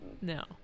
No